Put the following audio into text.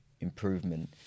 improvement